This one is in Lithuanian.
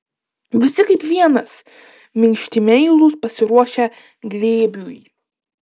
visi kaip vienas minkšti meilūs pasiruošę glėbiui